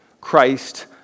Christ